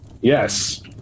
yes